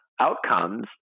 outcomes